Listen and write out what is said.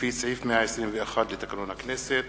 לפי סעיף 121 לתקנון הכנסת.